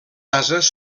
ases